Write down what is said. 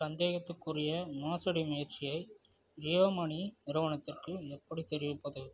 சந்தேகத்துக்குரிய மோசடி முயற்சியை ஜியோ மனி நிறுவனத்திற்கு எப்படித் தெரிவிப்பது